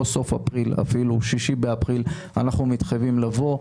אנחנו מתחייבים לבוא,